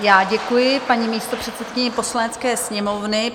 Já děkuji paní místopředsedkyni Poslanecké sněmovny.